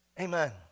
Amen